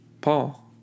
Paul